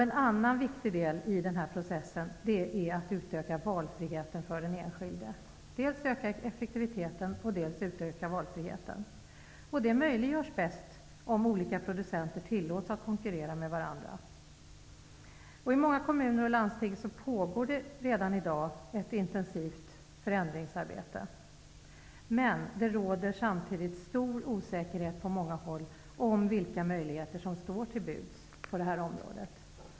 En annan viktig del i den här processen är att utöka valfriheten för den enskilda. Man skall öka dels effektiveten, dels valfriheten. Detta möjliggörs bäst om olika producenter tillåts att konkurrera med varandra. I många kommuner och landsting pågår redan i dag ett intensivt förändringsarbete. Men det råder samtidigt stor osäkerhet på många håll om vilka möjligheter som står till buds på det här området.